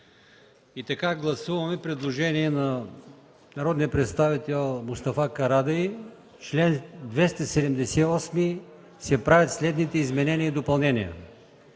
прието. Гласуваме предложението на народния представител Мустафа Карадайъ: „В чл. 278 се правят следните изменения и допълнения: